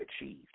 achieved